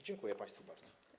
Dziękuję państwu bardzo.